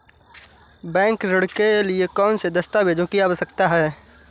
Bank ऋण के लिए कौन से दस्तावेजों की आवश्यकता है?